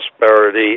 prosperity